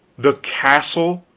the castle,